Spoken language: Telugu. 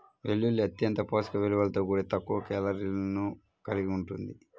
వెల్లుల్లి అత్యంత పోషక విలువలతో కూడి తక్కువ కేలరీలను కలిగి ఉంటుంది